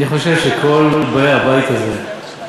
אני חושב שבין כל באי הבית הזה,